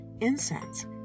incense